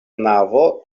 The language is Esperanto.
navo